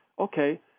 okay